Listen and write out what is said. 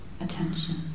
attention